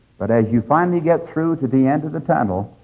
but as you finally get through to the end of the tunnel